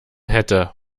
hätte